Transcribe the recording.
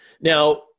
Now